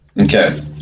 Okay